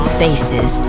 faces